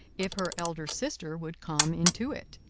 if her elder sister would come into it.